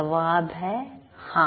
जवाब है हां